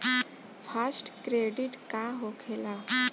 Fast credit का होखेला?